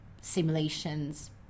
simulations